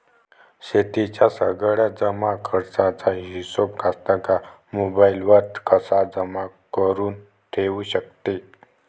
शेतीच्या सगळ्या जमाखर्चाचा हिशोब कास्तकार मोबाईलवर कसा जमा करुन ठेऊ शकते?